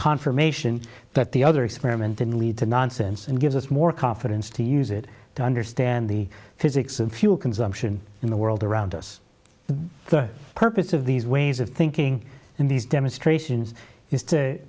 confirmation that the other experiment can lead to nonsense and gives us more confidence to use it to understand the physics of fuel consumption in the world around us the purpose of these ways of thinking in these demonstrations is to